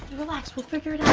relax, we'll figure